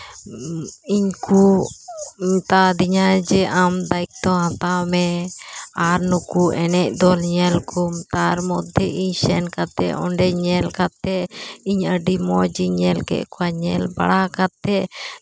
ᱤᱧᱠᱚ ᱢᱮᱛᱟ ᱫᱤᱧᱟ ᱡᱮ ᱟᱢ ᱫᱟᱭᱤᱛᱛᱚ ᱦᱟᱛᱟᱣ ᱢᱮ ᱟᱨ ᱱᱩᱠᱩ ᱮᱱᱮᱡ ᱫᱚᱞ ᱧᱮᱞ ᱠᱚᱢ ᱛᱟᱨ ᱢᱚᱫᱽᱫᱷᱮ ᱤᱧ ᱚᱸᱰᱮ ᱥᱮᱱ ᱠᱟᱛᱮ ᱚᱸᱰᱮ ᱧᱮᱞ ᱠᱟᱛᱮ ᱤᱧ ᱟᱹᱰᱤ ᱢᱚᱡᱽ ᱤᱧ ᱧᱮᱞ ᱠᱮᱜ ᱠᱚᱣᱟ ᱧᱮᱞ ᱵᱟᱲᱟ ᱠᱟᱛᱮ